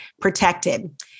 protected